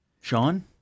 Sean